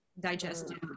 digestive